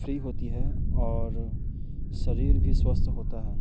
free होती है और शरीर भी स्वस्थ होता है